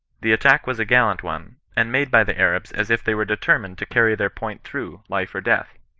the attack was a gallant one, and made by the arabs as if they were determined to carry their point through life or death.